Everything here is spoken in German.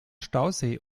stausee